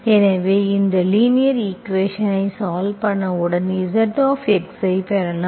எனவே இந்த லீனியர் ஈக்குவேஷன்ஐ சால்வ் பண்ணவுடன் Z ஐப் பெறலாம்